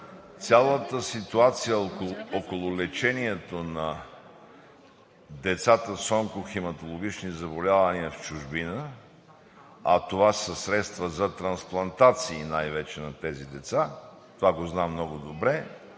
цялата ситуация около лечението на децата с онкохематологични заболявания в чужбина и средства за трансплантации най вече на тези деца – това го знам много добре,